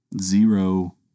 zero